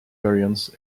variants